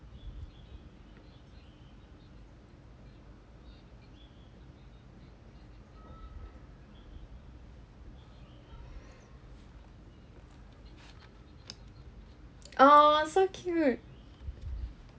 !aww! so cute